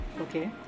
Okay